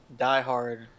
diehard